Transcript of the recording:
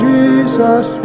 Jesus